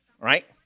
right